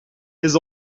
his